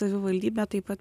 savivaldybė taip pat